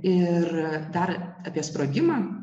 ir dar apie sprogimą